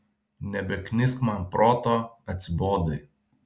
nebeknisk man proto atsibodai